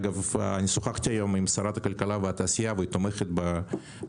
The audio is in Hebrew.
אגב שוחחתי היום עם שרת הכלכלה והתעשייה והיא תומכת בהכנסת